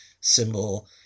symbol